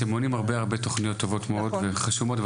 אתם בונים הרבה מאוד תוכניות וזה טוב מאוד וזה חשוב מאוד.